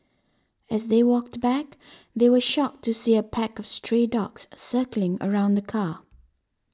as they walked back they were shocked to see a pack of stray dogs circling around the car